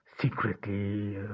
secretly